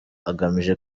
agamije